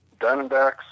Diamondbacks